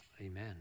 Amen